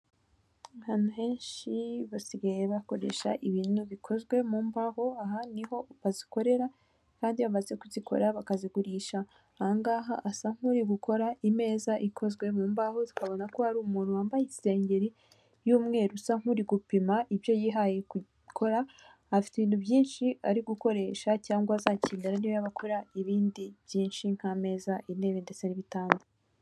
Ahantu henshi basigaye bakoresha ibintu bikozwe mu mbaho aha ni ho bazikorera kandi iyo bamaze kuzikora bakazigurisha ahangaha asa nk'uri gukora imeza ikozwe mu mbaho zikabona ko hari umuntu wambaye isengeri y'umweru usa nk'uri gupima ibyo yihaye gukora afite ibintu byinshi ari gukoresha cyangwa azakenera niba akora ibindi byinshi nk'ameza intebe ndetse n' ibitanda.